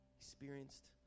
experienced